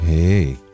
Hey